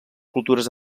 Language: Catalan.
cultures